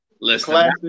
listen